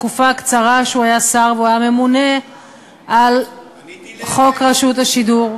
בתקופה הקצרה שהוא היה שר והוא היה ממונה על חוק רשות השידור,